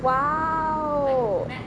!wow!